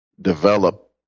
develop